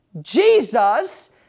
Jesus